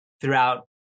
throughout